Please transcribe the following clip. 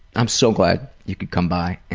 um so glad you could come by